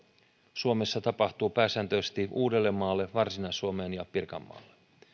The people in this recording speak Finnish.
suomessa tapahtuu pääsääntöisesti uudellemaalle varsinais suomeen ja pirkanmaalle